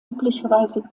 üblicherweise